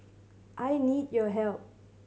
I need your help